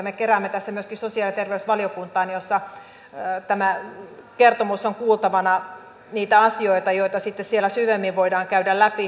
me keräämme tässä myöskin sosiaali ja terveysvaliokuntaan jossa tämä kertomus on kuultavana niitä asioita joita sitten siellä syvemmin voidaan käydä läpi